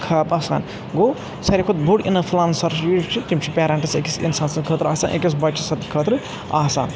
خواب آسان گوٚو سارے کھۄتہٕ بوٚڑ چِیٖز چھُ سُہ چھِ پِیرَنٹٕس أکِس اِنسان سٕنٛدۍ خٲطرٕ آسان أکِس بچہِ سٕنٛدۍ خٲطرٕ آسان